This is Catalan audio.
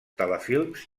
telefilms